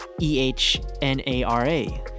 E-H-N-A-R-A